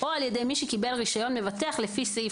או על ידי מי שקיבל רישיון מבטח לפי סעיף